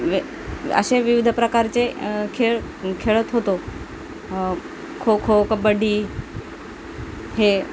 व असे विविध प्रकारचे खेळ खेळत होतो खो खो कबड्डी हे